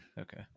okay